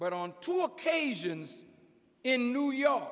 but on two occasions in new york